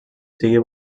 sigui